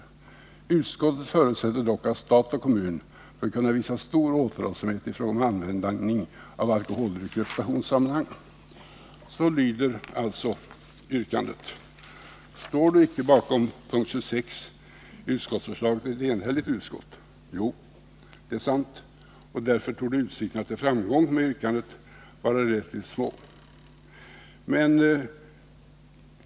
Utskottet förutsätter dock att stat och kommun bör kunna visa stor återhållsamhet i fråga om användning av alkoholdrycker i representationssammanhang.” Så lyder alltså yrkandet. Men står det icke bakom mom. 26 i utskottsbetänkandet ett enhälligt utskott? Jo, det är sant, och därför torde utsikterna till framgång med yrkandet vara rätt små.